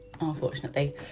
unfortunately